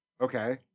Okay